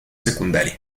secundaria